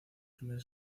primer